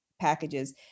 packages